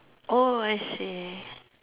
oh I see